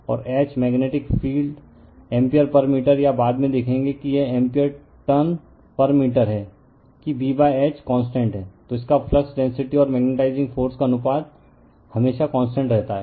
और H magnetic field ampere पर metre या बाद में देखेंगे कि यह एम्पीयर टन पर मीटर है कि B H कांस्टेंट है तो इसका फ्लक्स डेंसिटी और मेग्नेटाइजिंग फ़ोर्स का अनुपात हमेशा कांस्टेंट रहता है